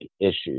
issues